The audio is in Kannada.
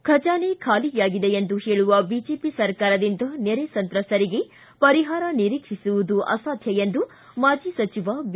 ಖಜಾನೆ ಖಾಲಿಯಾಗಿದೆ ಎಂದು ಹೇಳುವ ಬಿಜೆಪಿ ಸರಕಾರದಿಂದ ನೆರೆ ಸಂತ್ರಸ್ತರಿಗೆ ಪರಿಹಾರ ನಿರೀಕ್ಷಿಸುವುದು ಅಸಾಧ್ಯ ಎಂದು ಮಾಜಿ ಸಚಿವ ಬಿ